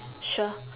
sure